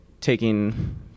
taking